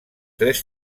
tres